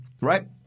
right